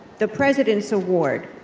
the president's award,